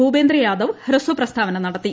ഭൂപേന്ദ്ര യാദവ് ഹ്രസ്വ പ്രസ്താവന നടത്തി